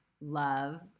love